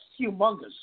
humongous